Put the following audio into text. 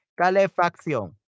calefacción